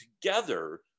together